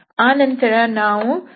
ಆನಂತರ ನಾವು ಅದರ ಗಾತ್ರ ದಿಂದ ಬಾಗಿಸಬಹುದು